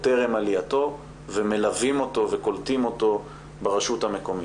טרם עלייתו ומלווים אותו וקולטים אותו ברשות המקומית.